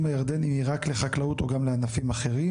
הירדנים היא רק לחקלאות או גם לענפים אחרים?